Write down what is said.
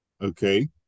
Okay